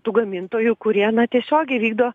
tų gamintojų kurie na tiesiogiai vykdo